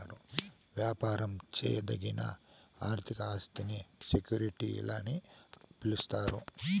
యాపారం చేయదగిన ఆర్థిక ఆస్తిని సెక్యూరిటీలని పిలిస్తారు